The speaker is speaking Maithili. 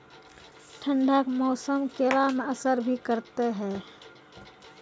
ठंड के मौसम केला मैं असर भी करते हैं?